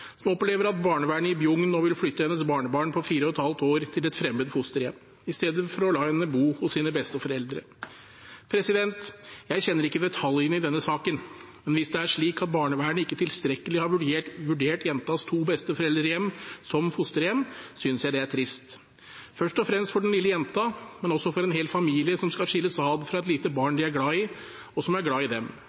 som opplever at barnevernet i Bjugn nå vil flytte hennes barnebarn på 4,5 år til et fremmed fosterhjem i stedet for å la henne bo hos sine besteforeldre. Jeg kjenner ikke detaljene i denne saken, men hvis det er slik at barnevernet ikke tilstrekkelig har vurdert jentas to besteforeldrehjem som fosterhjem, synes jeg det er trist – først og fremst for den lille jenta, men også for en hel familie som skal skilles ad fra et lite barn de er glad i, og som er glad i dem.